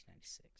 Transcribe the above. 1996